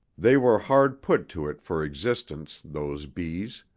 they were hard put to it for existence, those bees.